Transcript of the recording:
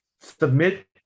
submit